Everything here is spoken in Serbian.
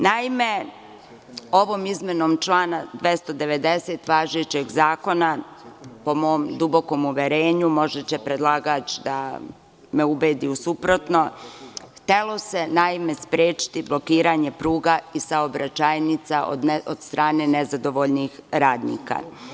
Naime, ovom izmenom člana 290. važećeg zakona, po mom dubokom uverenju, možda će predlagač da me ubedi u suprotno, htelo se sprečiti blokiranje pruga i saobraćajnica od strane nezadovoljnih radnika.